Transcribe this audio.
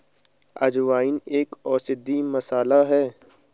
अजवाइन एक औषधीय मसाला है